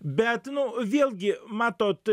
bet nu vėlgi matot